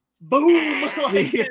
boom